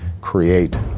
create